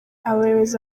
abayobozi